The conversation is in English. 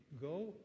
Go